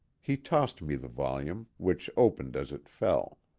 he tossed me the volume, which opened as it fell.